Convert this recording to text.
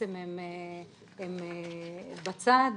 הוא בצד,